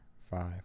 five